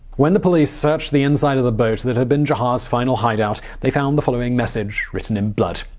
when the police searched the inside of the boat that had been jahar's final hideout, the found the following message written in blood.